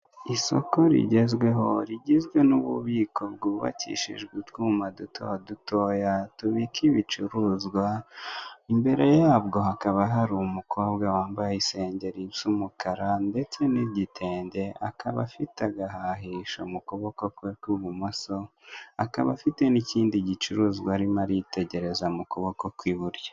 Isoko rigezweho, rigizwe n'ububiko bwubakishijwe utwuma duto dutoya tubika ibicuruzwa, imbere yabwo hakaba hari umukobwa wambaye isengeri isa umukara, ndetse n'igitende, akaba afite agahahisho mu kuboko kwe kw'ibumoso, akaba afite n'ikindi gicuruzwa arimo ari itegereza mu kuboko kw'iburyo.